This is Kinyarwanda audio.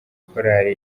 korali